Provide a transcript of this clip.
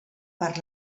per